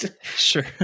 Sure